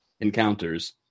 encounters